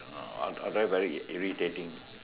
otherwise very irritating